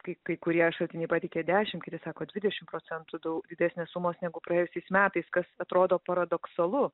kai kai kurie šaltiniai pateikia dešim kiti sako dvidešim procentų dau didesnės sumos negu praėjusiais metais kas atrodo paradoksalu